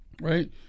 Right